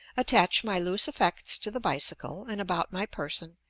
attach my loose effects to the bicycle and about my person,